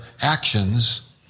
actions